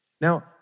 Now